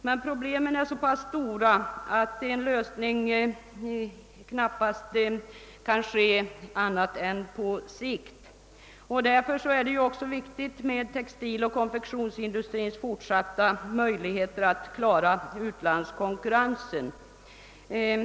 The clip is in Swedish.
Men problemen är så pass stora att de knappast kan lösas annat än på sikt. Därför är det också viktigt att textiloch konfektionsindustrin får fortsatta möjligheter att klara utlandskonkurrensen.